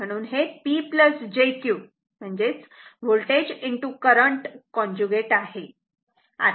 म्हणून हे P jQ voltage current conjugate आहे